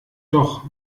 doch